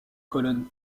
colonnes